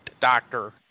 doctor